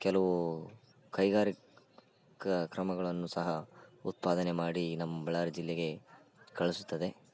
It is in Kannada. ಕೆಲವು ಕೈಗಾರಿಕೆ ಕ್ರಮಗಳನ್ನು ಸಹ ಉತ್ಪಾದನೆ ಮಾಡಿ ನಮ್ಮ ಬಳ್ಳಾರಿ ಜಿಲ್ಲೆಗೆ ಕಳಿಸುತ್ತದೆ